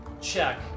check